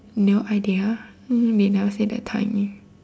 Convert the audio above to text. no idea they never say that time